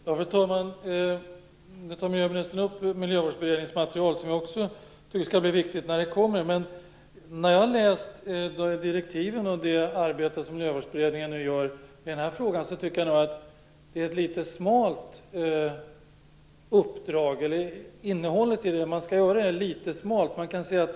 Fru talman! Nu tar miljöministern upp Miljövårdsberedningens material. Jag tycker också att det är viktigt. Jag har läst direktiven för det arbete Miljövårdsberedningen gör i den här frågan. Jag tycker nog att det är ett litet smalt uppdrag. Innehållet i det man skall göra är litet smalt.